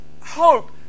hope